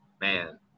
Man